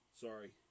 Sorry